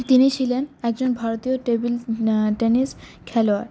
তিনি ছিলেন একজন ভারতীয় টেবিল টেনিস খেলোয়াড়